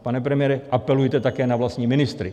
Pane premiére, apelujte také na vlastní ministry.